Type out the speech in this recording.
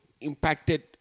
impacted